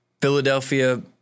Philadelphia